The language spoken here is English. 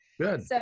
Good